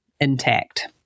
intact